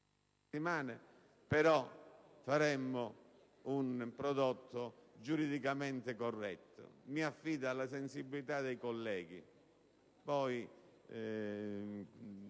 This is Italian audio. tre settimane, elaborando un prodotto giuridicamente corretto. Mi affido alla sensibilità dei colleghi;